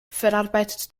verarbeitet